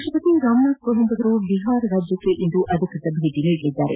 ರಾಪ್ಲಪತಿ ರಾಮನಾಥ ಕೋವಿಂದ್ ಅವರು ಬಿಹಾರಕ್ಕೆ ಇಂದು ಅಧಿಕೃತ ಭೇಟ ನೀಡಲಿದ್ದಾರೆ